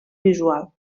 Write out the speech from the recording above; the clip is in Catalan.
visual